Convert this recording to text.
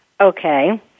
Okay